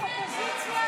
ההסתייגויות